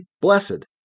blessed